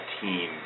team